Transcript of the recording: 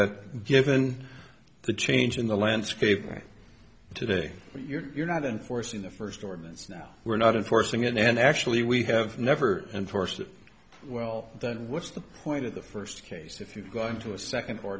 that given the change in the landscape today you're not enforcing the first ordinance now we're not in forcing it and actually we have never enforced it well what's the point of the first case if you go into a second or